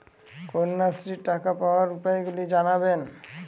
কন্যাশ্রীর টাকা পাওয়ার উপায়গুলি জানাবেন?